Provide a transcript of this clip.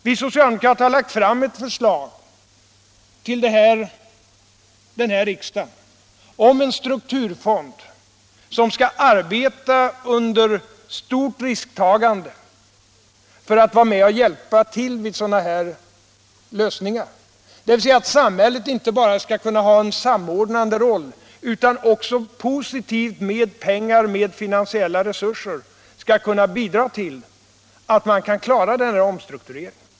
Vi socialdemokrater har till denna riksdag lagt fram ett förslag om en strukturfond som skall arbeta under stort risktagande för att vara med och hjälpa till att få fram lösningar av det slag jag talat om. Samhället skall således inte bara ha en samordnande roll, utan det skall också med finansiella resurser positivt bidra till att åstadkomma en omstrukturering.